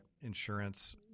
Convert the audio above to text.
insurance